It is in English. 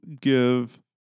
give